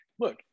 Look